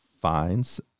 finds